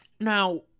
Now